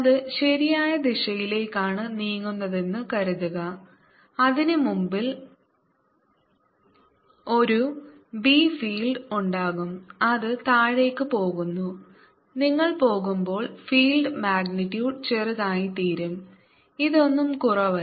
അത് ശരിയായ ദിശയിലേക്കാണ് നീങ്ങുന്നതെന്ന് കരുതുക അതിന് മുകളിൽ ഒരു B ഫീൽഡ് ഉണ്ടാകും അത് താഴേക്ക് പോകുന്നു നിങ്ങൾ പോകുമ്പോൾ ഫീൽഡ് മാഗ്നിറ്റ്യൂഡ് ചെറുതായിത്തീരും ഇതൊന്നും കുറവല്ല